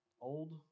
old